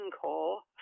call